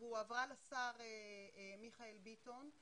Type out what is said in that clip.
והועברה לשר מיכאל ביטון.